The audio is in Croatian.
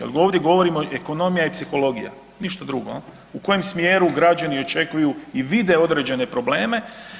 Ali ovdje govorimo i ekonomija i psihologija, ništa drugo, u kojem smjeru građani očekuju i vide određene probleme.